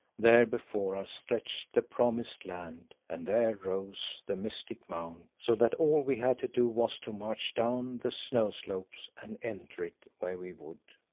there before us stretched the promised land, and there rose the mystic mount, so that all we had to do was to march down the snow slopes and enter it where we would.